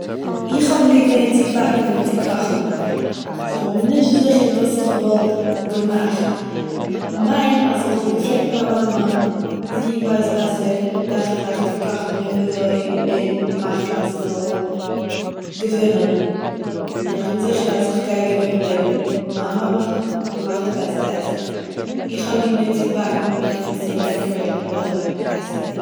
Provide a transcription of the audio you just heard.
איך האב ליב מער צו באקן וואו צו קאכן סאו איך בין נישט זיכער וואס איך וואלט געמאכט איך מיין אז איך וואלט געפרעגט מיין מאמע זי ווייסט בעסער וועלכע זאך צו קאכן און וואו אזוי און מאכן אז ס'זאל געווינען און איך בין זיכער אז איך גיי געווינען וועגן מיין מאמע מאכט די בעסטע עסן איך האב ליב מער צו באקן און צו דעקארעיטן די עסן